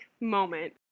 moment